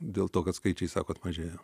dėl to kad skaičiai sakot mažėja